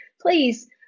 Please